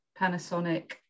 Panasonic